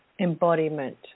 embodiment